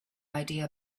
idea